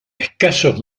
escasos